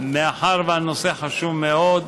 מאחר שהנושא חשוב מאוד,